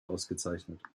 ausgezeichnet